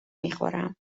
میخورم